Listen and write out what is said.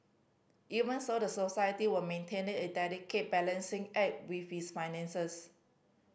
even so the society were maintained a delicate balancing act with its finances